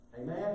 Amen